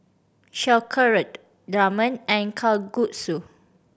Sauerkraut Ramen and Kalguksu